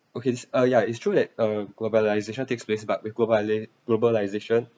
okay it's a ya it's true that uh globalisation takes place but with globali~ globalisation